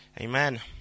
amen